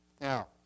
Now